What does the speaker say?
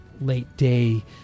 late-day